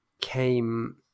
came